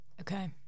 Okay